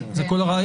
זה כל הרעיון.